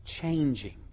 changing